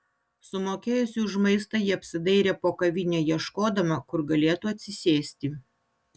sumokėjusi už maistą ji apsidairė po kavinę ieškodama kur galėtų atsisėsti